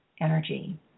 energy